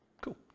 Cool